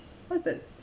what is that